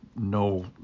no